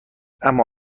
اما